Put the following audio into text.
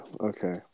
okay